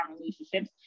relationships